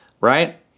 right